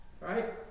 Right